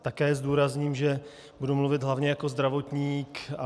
Také zdůrazním, že budu mluvit hlavně jako zdravotník.